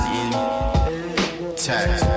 intact